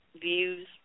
views